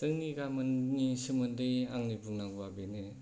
जोंनि गामिनि सोमोन्दै आंनि बुंनांगौवा बेनो